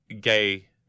gay